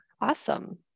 awesome